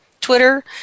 Twitter